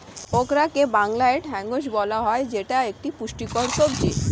ওকরাকে বাংলায় ঢ্যাঁড়স বলা হয় যেটা একটি পুষ্টিকর সবজি